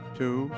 two